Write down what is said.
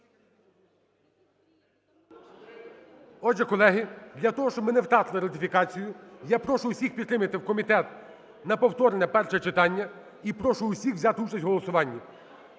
Отже, колеги, для того, щоб ми не втратили ратифікацію, я прошу усіх, підтримайте, в комітет на повторне перше читання. І прошу усіх взяти участь в голосуванні.